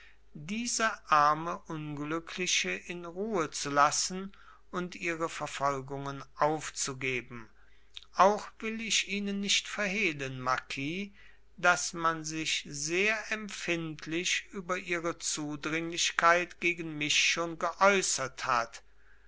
diese arme unglückliche in ruhe zu lassen und ihre verfolgungen aufzugeben auch will ich ihnen nicht verhehlen marquis daß man sich sehr empfindlich über ihre zudringlichkeit gegen mich schon geäußert hat